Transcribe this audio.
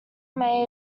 may